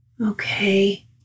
Okay